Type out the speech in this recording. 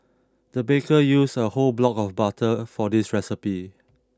the baker used a whole block of butter for this recipe